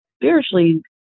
spiritually